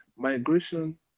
Migration